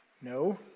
No